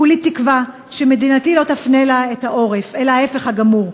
כולי תקווה שמדינתי לא תפנה לי עורף אלא ההפך הגמור,